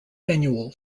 annual